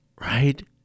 right